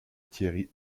thierry